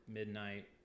midnight